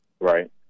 Right